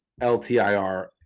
LTIR